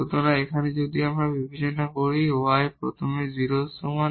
সুতরাং এখানে যদি আমরা বিবেচনা করি y প্রথমে 0 এর সমান